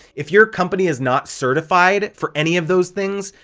if your company is not certified for any of those things,